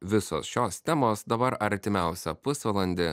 visos šios temos dabar artimiausią pusvalandį